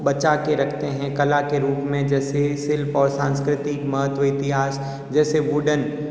बचा के रखते हैं कला के रूप में जैसे शिल्प और सांस्कृतिक महत्त्व इतिहास जैसे वुडन